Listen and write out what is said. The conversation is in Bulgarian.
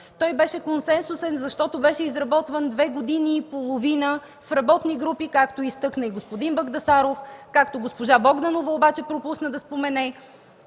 Той беше консенсусен, защото две години и половина беше изработван в работни групи, както изтъкна господин Багдасаров, както госпожа Богданова обаче пропусна да спомене.